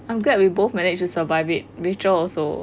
I'm glad we both manage to survive it rachel also